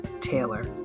Taylor